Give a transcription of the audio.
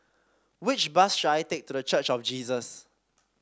which bus should I take to The Church of Jesus